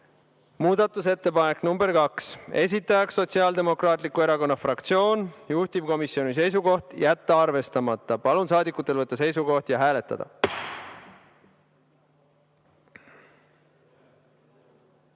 uuesti. Muudatusettepanek nr 2, esitajaks Sotsiaaldemokraatliku Erakonna fraktsioon, juhtivkomisjoni seisukoht: jätta arvestamata. Palun saadikutel võtta seisukoht ja hääletada!